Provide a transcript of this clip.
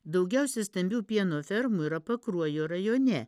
daugiausiai stambių pieno fermų yra pakruojo rajone